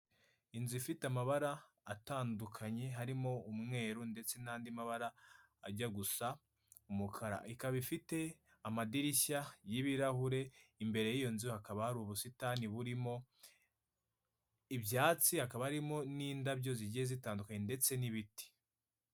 Inzu ifite amabara atandukanye harimo umweru ndetse n'andi mabara ajya gusa umukara, ikaba ifite amadirishya y'ibirahure imbere y'iyo nzu hakaba hari ubusitani burimo ibyatsi hakaba harimo n'indabyo zigiye zitandukanye ndetse n'ibiti.